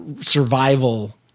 survival